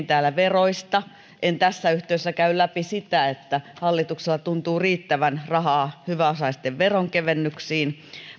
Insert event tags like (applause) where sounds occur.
(unintelligible) täällä veroista en tässä yhteydessä käy läpi sitä että hallituksella tuntuu riittävän rahaa hyväosaisten veronkevennyksiin